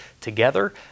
Together